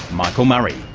michael murray.